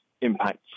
impacts